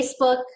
Facebook